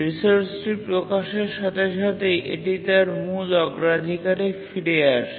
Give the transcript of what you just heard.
রিসোর্সটি প্রকাশের সাথে সাথেই এটি তার মূল অগ্রাধিকারে ফিরে আসে